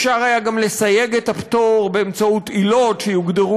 אפשר היה גם לסייג את הפטור באמצעות עילות שיוגדרו